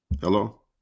Hello